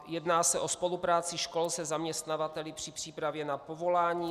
Jedná se o spolupráci škol se zaměstnavateli při přípravě na povolání.